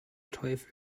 teufel